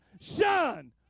Shine